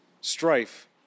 strife